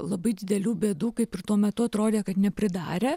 labai didelių bėdų kaip ir tuo metu atrodė kad nepridarė